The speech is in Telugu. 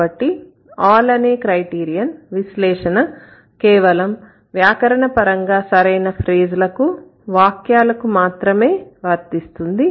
కాబట్టి all అనే క్రైటీరియన్ విశ్లేషణ కేవలం వ్యాకరణపరంగా సరైన ఫ్రేజ్ లకు వాక్యాలకు మాత్రమే వర్తిస్తుంది